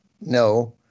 no